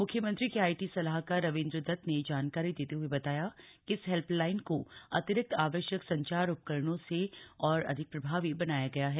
म्ख्यमंत्री के आईटी सलाहकार रविंद्र दत्त ने यह जानकारी देते हए बताया कि इस हेल्पलाइन को अतिरिक्त आवश्यक संचार उपकरणों से और अधिक प्रभावी बनाया गया है